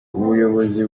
buyobozi